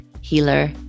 healer